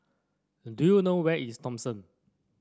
do you know where is Thomson